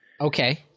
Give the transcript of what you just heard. Okay